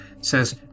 says